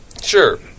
sure